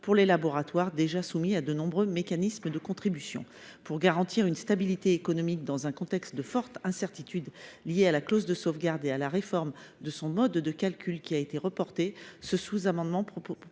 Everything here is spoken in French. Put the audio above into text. pour les laboratoires, déjà soumis à de nombreux mécanismes de contribution. Pour garantir une stabilité économique dans un contexte de forte incertitude liée à la clause de sauvegarde et à la réforme de son mode de calcul, qui a été reportée, ce sous amendement tend